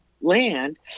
land